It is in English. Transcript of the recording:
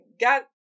got